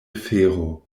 fero